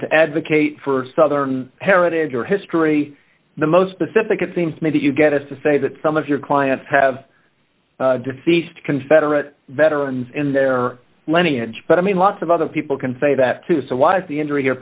the advocate for southern heritage or history the most specific it seems to me that you get us to say that some of your clients have deceased confederate veterans in their lineage but i mean lots of other people can say that too so why is the in